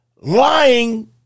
lying